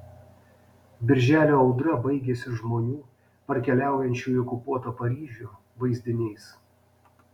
birželio audra baigiasi žmonių parkeliaujančių į okupuotą paryžių vaizdiniais